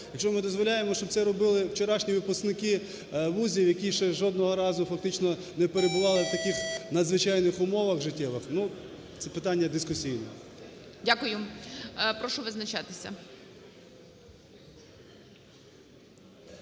Якщо ми дозволяємо, щоб це робили вчорашні випускники вузів, які ще жодного разу фактично не перебували в таких надзвичайних умовах життєвих, це питання дискусійне. ГОЛОВУЮЧИЙ. Дякую. Прошу визначатися.